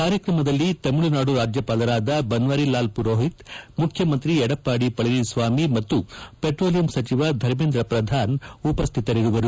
ಕಾರ್ಯಕ್ರಮದಲ್ಲಿ ತಮಿಳುನಾಡು ರಾಜ್ಯಪಾಲರಾದ ಬನ್ವರಿಲಾಲ್ ಪುರೋಹಿತ್ ಮುಖ್ಯಮಂತ್ರಿ ಎಡಪ್ಪಾಡಿ ಪಳನಿಸ್ವಾಮಿ ಮತ್ತು ಪೆಟ್ರೋಲಿಯಂ ಸಚಿವ ಧರ್ಮೇಂದ್ರ ಪ್ರಧಾನ್ ಉಪಸ್ಥಿತರಿರುವರು